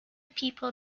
people